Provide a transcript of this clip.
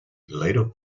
later